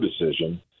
decision